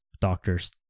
Doctors